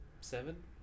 Seven